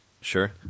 Sure